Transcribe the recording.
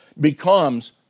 becomes